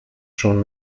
schon